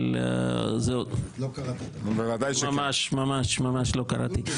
אבל --- אז לא קראת את החוק.